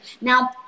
Now